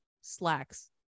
slacks